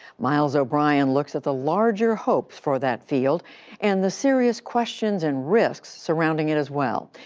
miles o'brien looks at the larger hopes for that field and the serious questions and risks surrounding it as well.